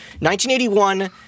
1981